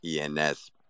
ENS